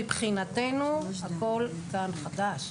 מבחינתנו הכול חדש.